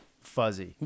fuzzy